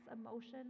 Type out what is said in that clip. emotion